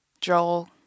Joel